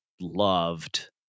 loved